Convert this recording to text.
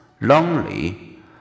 lonely